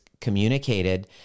communicated